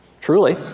truly